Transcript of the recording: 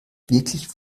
wirklich